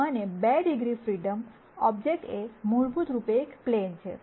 અને 2 degree freedom object એ મૂળરૂપે એક પ્લેન છે